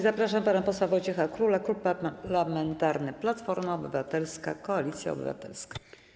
Zapraszam pana posła Wojciecha Króla, Klub Parlamentarny Platforma Obywatelska - Koalicja Obywatelska.